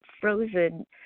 frozen